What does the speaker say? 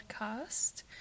podcast